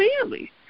family